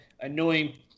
annoying